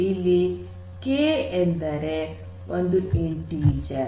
ಇಲ್ಲಿ ಕೆ ಎಂದರೆ ಒಂದು ಇಂಟಿಜರ್